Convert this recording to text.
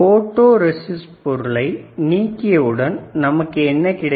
photo resist பொருளை நீக்கியவுடன் நமக்கு என்ன கிடைக்கும்